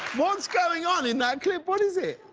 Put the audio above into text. what's going on in that clip? what is it?